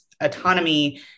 autonomy